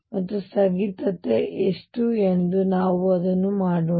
ಮತ್ತು ಸ್ಥಗಿತತೆ ಎಷ್ಟು ಎಂದು ನಾವು ಅದನ್ನು ಮಾಡೋಣ